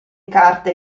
carte